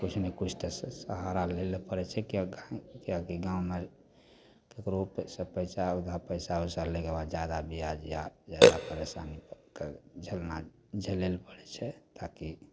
किछु नहि किछु तऽ सहारा लै ले पड़ै छै किएक किएक कि गाममे ककरो पइसा ओकरा पइसा उइसा लैके बाद जादा बिआज या जादा परेशानीके झेलनाइ झेलैलए पड़ै छै ताकि